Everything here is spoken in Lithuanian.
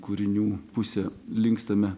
kūrinių pusę linkstame